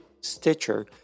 Stitcher